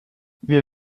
wir